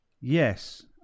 Yes